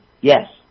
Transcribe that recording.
yes